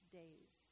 days